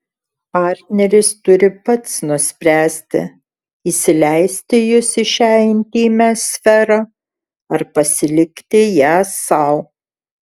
partneris turi pats nuspręsti įsileisti jus į šią intymią sferą ar pasilikti ją sau